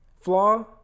flaw